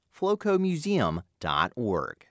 flocomuseum.org